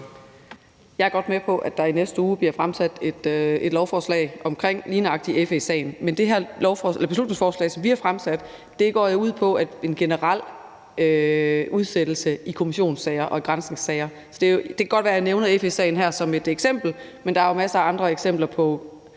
Jeg er med på, at der i næste uge bliver fremsat et lovforslag omkring lige nøjagtig FE-sagen. Men det her beslutningsforslag, som vi har fremsat, går jo ud på en generel forlængelse i kommissionssager og granskningssager. Det kan godt være, at jeg nævner FE-sagen her som et eksempel, men der er jo masser af andre eksempler på